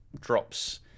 drops